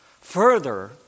Further